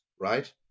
right